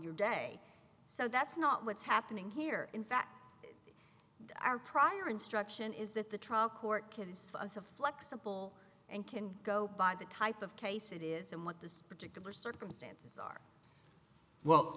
your day so that's not what's happening here in fact our prior instruction is that the trial court flexible and can go by the type of case it is and what the particular circumstances are well